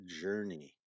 journey